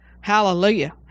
Hallelujah